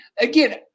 again